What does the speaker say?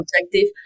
objective